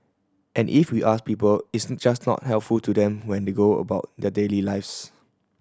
and if we ask people it's just not helpful to them when they go about their daily lives